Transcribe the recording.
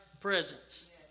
presence